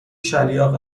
شَلیاق